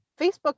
Facebook